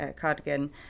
cardigan